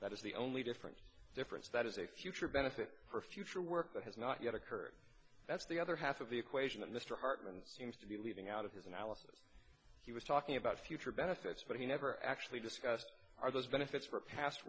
that is the only difference difference that is a future benefit for future work that has not yet occurred that's the other half of the equation that mr hartman seems to be leaving out of his analysis he was talking about future benefits but he never actually discussed are those benefits for pas